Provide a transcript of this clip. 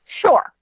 Sure